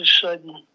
sudden